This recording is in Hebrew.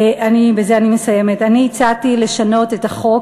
ובזה אני מסיימת: אני הצעתי לשנות את החוק